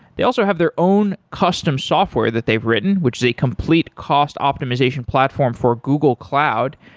they also have their own custom software that they've written, which is a complete cost optimization platform for google cloud,